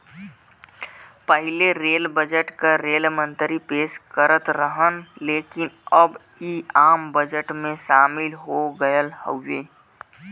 पहिले rail budget क rail मंत्री पेश करत रहन लेकिन अब इ आम बजट में शामिल हो गयल हउवे